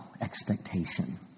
expectation